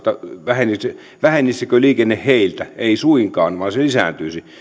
vähenisikö vähenisikö liikenne heiltä ei suinkaan vaan se lisääntyisi